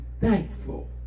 thankful